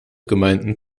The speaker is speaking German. gemeinden